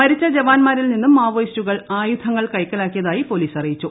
മരിച്ച ജവാൻമാരിൽ നിന്നും മാവോയിസ്റ്റുകൾ ആയുധങ്ങൾ കൈക്കലാക്കിയതായി പോലീസ് അറിയിച്ചു